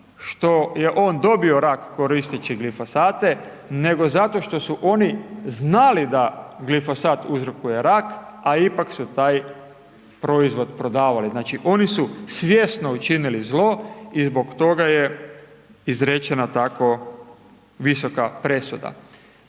što je on dobio rak koristeći glifosate nego zato što su oni znali da glifosat uzrokuje rak a ipak su taj proizvod prodavali. Znači oni su svjesno učinili zlo i zbog toga je izrečena tako visoka presuda.